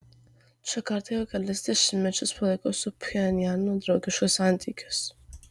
džakarta jau kelis dešimtmečius palaiko su pchenjanu draugiškus santykius